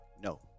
no